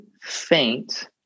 faint